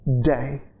day